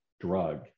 drug